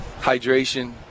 hydration